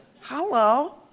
hello